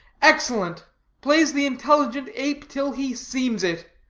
excellent plays the intelligent ape till he seems it.